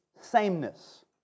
sameness